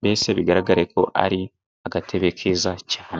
mbese bigaragara ko ari agatebe keza cyane.